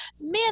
man